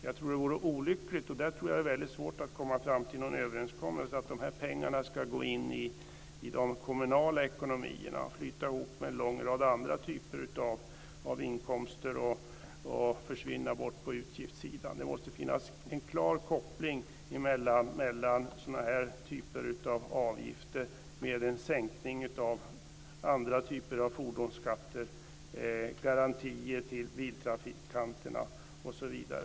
Jag tror att det vore olyckligt - och där tror jag att det är väldigt svårt att komma fram till en överenskommelse - om de här pengarna skulle gå in i de kommunala ekonomierna och flyta ihop med en lång rad andra inkomster och försvinna bort på utgiftssidan. Det måste finnas en klar koppling mellan sådana här avgifter och en sänkning av andra fordonsskatter, garantier till biltrafikanterna osv.